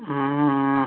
ம் ம்